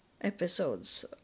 episodes